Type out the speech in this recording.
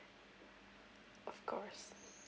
of course